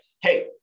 hey